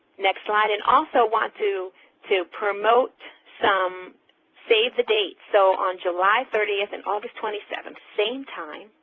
next slide, and also want to to promote some save the dates, so on july thirtieth and august twenty seventh, same time,